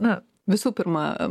na visų pirma